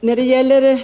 När det gäller